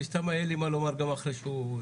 מסמתא יהיה לי מה לומר גם אחרי שהוא יאמר את דברו.